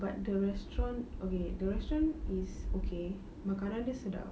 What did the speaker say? but the restaurant okay the restaurant is okay but makanan dia sedap